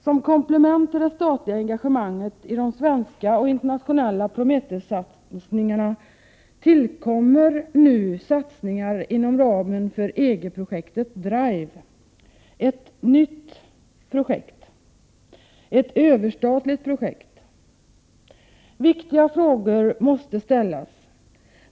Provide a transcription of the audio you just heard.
Som komplement till det statliga engagemanget i de svenska och internationella Prometheus-satsningarna tillkommer nu satsningar inom ramen för EG-projektet Drive, som är ett nytt överstatligt projekt. Viktiga frågor måste ställas.